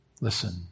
Listen